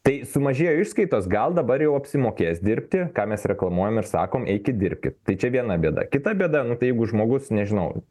tai sumažėjo išskaitos gal dabar jau apsimokės dirbti ką mes reklamuojam ir sakom eikit dirbkit tai čia viena bėda kita bėda nu tai jeigu žmogus nežinau